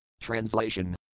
Translation